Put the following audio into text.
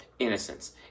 Innocence